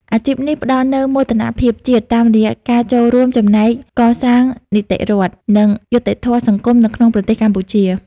អាជីពនេះផ្តល់នូវមោទនភាពជាតិ តាមរយៈការចូលរួមចំណែកកសាងនីតិរដ្ឋ និងយុត្តិធម៌សង្គមនៅក្នុងប្រទេសកម្ពុជា។